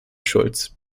schulz